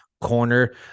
Corner